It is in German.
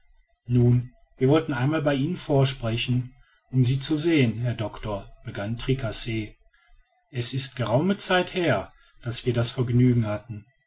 nun wir wollten einmal bei ihnen vorsprechen um sie zu sehen herr doctor begann tricasse es ist geraume zeit her daß wir das vergnügen hatten